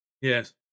Yes